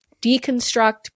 deconstruct